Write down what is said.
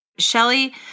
Shelly